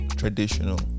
traditional